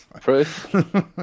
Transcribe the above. Proof